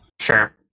Sure